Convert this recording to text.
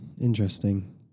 interesting